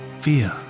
fear